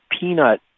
peanut